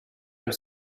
que